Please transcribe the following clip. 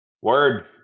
word